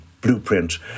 blueprint